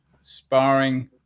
sparring